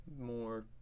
more